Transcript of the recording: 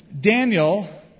Daniel